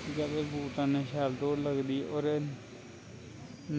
सिगा दे बूटें नै शैल दौड़ लगदी और